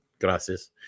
gracias